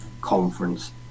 conference